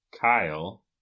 Kyle